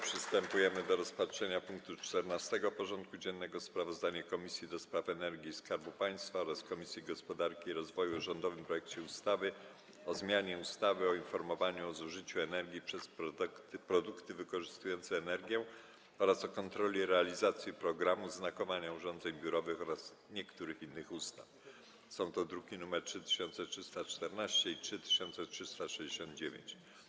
Przystępujemy do rozpatrzenia punktu 14. porządku dziennego: Sprawozdanie Komisji do Spraw Energii i Skarbu Państwa oraz Komisji Gospodarki i Rozwoju o rządowym projekcie ustawy o zmianie ustawy o informowaniu o zużyciu energii przez produkty wykorzystujące energię oraz o kontroli realizacji programu znakowania urządzeń biurowych oraz niektórych innych ustaw (druki nr 3314 i 3369)